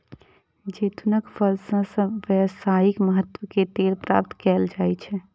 जैतूनक फल सं व्यावसायिक महत्व के तेल प्राप्त कैल जाइ छै